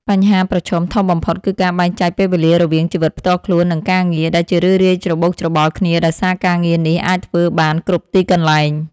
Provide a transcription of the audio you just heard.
បញ្ហាប្រឈមធំបំផុតគឺការបែងចែកពេលវេលារវាងជីវិតផ្ទាល់ខ្លួន និងការងារ ដែលជារឿយៗច្របូកច្របល់គ្នាដោយសារការងារនេះអាចធ្វើបានគ្រប់ទីកន្លែង។